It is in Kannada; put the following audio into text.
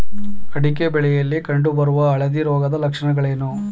ಅಡಿಕೆ ಬೆಳೆಯಲ್ಲಿ ಕಂಡು ಬರುವ ಹಳದಿ ರೋಗದ ಲಕ್ಷಣಗಳೇನು?